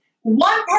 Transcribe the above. One